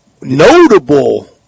notable